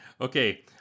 Okay